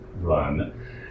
run